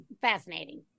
fascinating